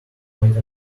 quite